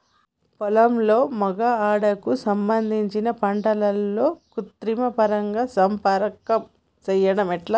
పొలంలో మగ ఆడ కు సంబంధించిన పంటలలో కృత్రిమ పరంగా సంపర్కం చెయ్యడం ఎట్ల?